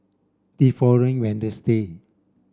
the following